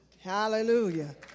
Hallelujah